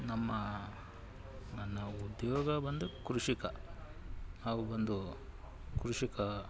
ನಮ್ಮ ನನ್ನ ಉದ್ಯೋಗ ಬಂದು ಕೃಷಿಕ ಹಾಗೂ ಬಂದು ಕೃಷಿಕ